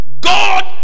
God